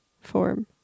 form